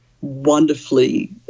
wonderfully